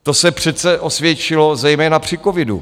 To se přece osvědčilo zejména při covidu.